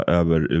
över